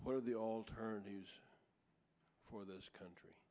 what are the alternatives for this country